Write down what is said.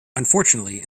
unfortunately